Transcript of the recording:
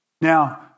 Now